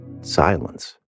Silence